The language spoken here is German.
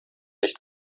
nicht